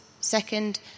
second